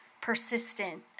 persistent